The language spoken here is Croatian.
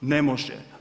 Ne može.